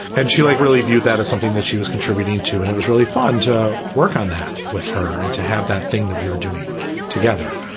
and she, like, really viewed that as something that she was contributing to. and it was really fun to work on that with her and to have that thing that we were doing together.